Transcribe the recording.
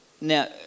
Now